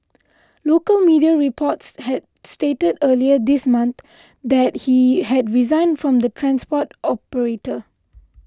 local media reports had stated earlier this month that he had resigned from the transport operator